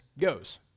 goes